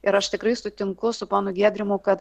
ir aš tikrai sutinku su ponu giedrimu kad